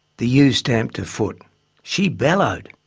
the ewe stamped her foot she bellowed!